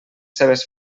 seves